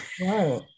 Right